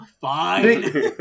fine